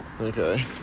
Okay